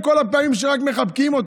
מכל הפעמים שרק מחבקים אותו,